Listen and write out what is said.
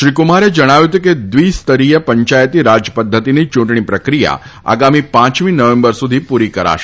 શ્રી કુમારે જણાવ્યું હતું કે દ્વિસ્તરીય પંચાયતી રાજપદ્વતિની ચૂંટણી પ્રક્રિયા આગામી પાંચમી નવેમ્બર સુધી પૂરી કરાશે